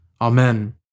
Amen